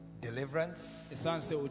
deliverance